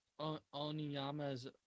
oniyama's